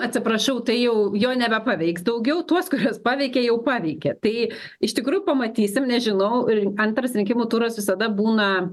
atsiprašau tai jau jo nebepaveiks daugiau tuos kuriuos paveikė jau paveikė tai iš tikrųjų pamatysim nežinau ir antras rinkimų turas visada būna